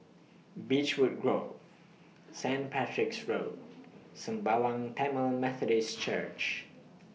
Beechwood Grove Saint Patrick's Road Sembawang Tamil Methodist Church